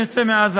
לסיים.